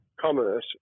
commerce